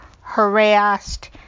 harassed